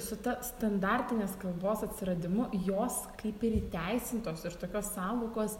su ta standartinės kalbos atsiradimu jos kaip ir įteisintos ir tokios sąvokos